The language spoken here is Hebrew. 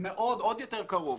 עוד יותר קרוב.